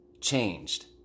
changed